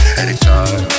anytime